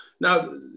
Now